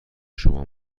شما